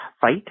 fight